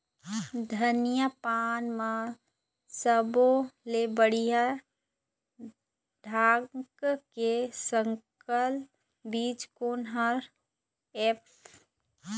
धनिया पान म सब्बो ले बढ़िया ढंग के संकर बीज कोन हर ऐप?